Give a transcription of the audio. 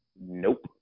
Nope